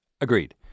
agreed